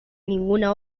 ninguna